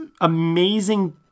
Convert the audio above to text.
amazing